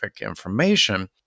information